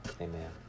amen